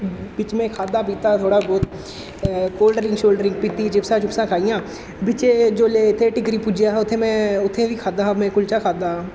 बिच्च में खाद्धा पीता थोह्ड़ा ब्हौत कोल्ड ड्रिंक शोल्ड ड्रिंक पीती चिप्सां चुप्सां खाइयां बिच्च एह् जोल्लै इत्थै टिक्करी पुज्जेआ हा उत्थै में उत्थै बी खाद्धा हा में कुल्चा खाद्धा हा